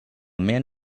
man